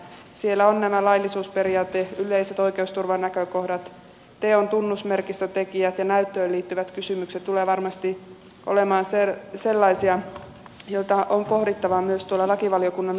siellä nämä laillisuusperiaate yleiset oikeusturvanäkökohdat teon tunnusmerkistötekijät ja näyttöön liittyvät kysymykset tulevat varmasti olemaan sellaisia joita on pohdittava myös tuolla lakivaliokunnan käsittelyssä